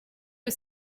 que